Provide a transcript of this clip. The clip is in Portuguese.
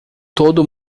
todo